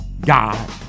God